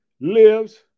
lives